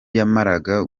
yamaraga